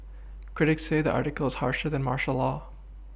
critics say the article is harsher than martial law